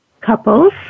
couples